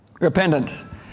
Repentance